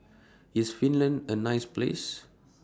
IS Finland A nice Place